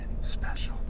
Special